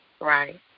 Right